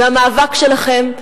המאבק שלכם,